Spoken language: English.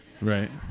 Right